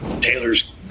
Taylor's